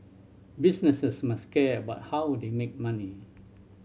businesses must care about how they make money